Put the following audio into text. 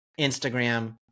Instagram